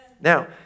Now